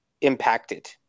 impacted